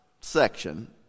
section